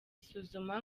isuzuma